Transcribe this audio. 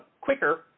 quicker